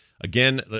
again